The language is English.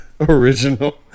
original